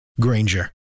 Granger